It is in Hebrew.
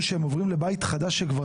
יוכלו לדעת שהם עוברים לבית חדש שכבר